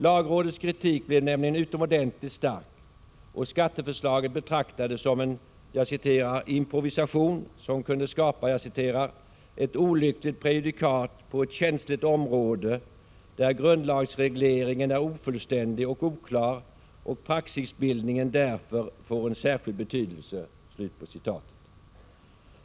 Lagrådets kritik blev nämligen utomordentligt stark, och skatteförslaget betraktades som en ”improvisation” som kunde skapa ”ett olyckligt prejudikat på ett känsligt område, där grundlagsregleringen är ofullständig och oklar och praxisbildningen därför får en särskild betydelse”.